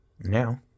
Now